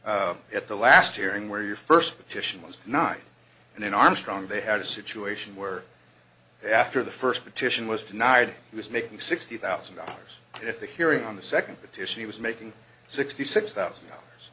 jia at the last hearing where your first petition was nine and then armstrong they had a situation where after the first petition was denied he was making sixty thousand dollars at the hearing on the second petition he was making sixty six thousand